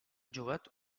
llogat